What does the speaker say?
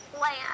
land